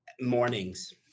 mornings